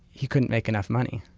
he couldn't make enough money.